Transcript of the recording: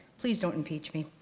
please don't impeach me.